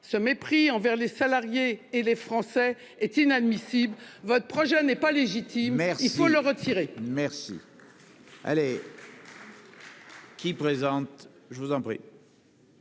Ce mépris envers les salariés et les Français est inadmissible. Votre projet n'est pas légitime, il faut le retirer.